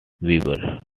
weavers